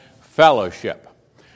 fellowship